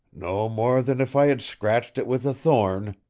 no more than if i had scratched it with a thorn,